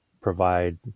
provide